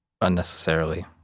unnecessarily